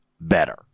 better